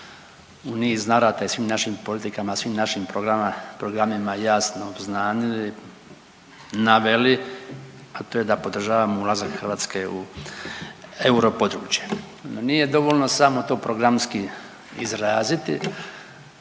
u niz navrata i svim našim politikama, svim našim programima jasno obznanili, naveli, a to je da podržavamo ulazak Hrvatske u europodručje. No, nije dovoljno samo to programski izraziti,